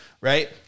right